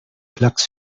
klacks